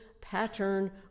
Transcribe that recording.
pattern